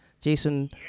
Jason